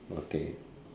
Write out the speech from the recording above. okay